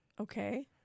Okay